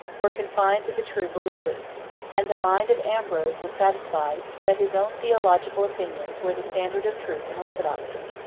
were confined to the true believers and the mind of ambrose was satisfied, that his own theological opinions were the standard of truth and orthodoxy.